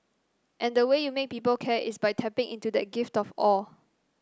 and the way you make people care is by tapping into that gift of awe